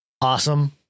Awesome